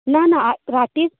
ना ना रातीत